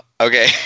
okay